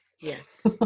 Yes